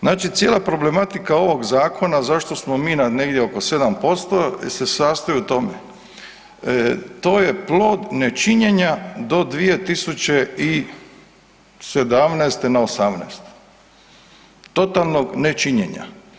Znači cijela problematika ovoga zakona zašto smo mi na negdje oko 7% se sastoji u tome, to je plod nečinjenja do 2017. na 18., totalnog nečinjenja.